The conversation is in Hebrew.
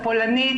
הפולנית,